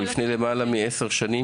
לפני למעלה מ-10 שנים,